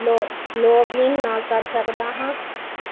ਲੌ login ਨਾਲ਼ ਕਰ ਸਕਦਾ ਹਾਂ